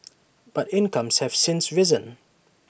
but incomes have since risen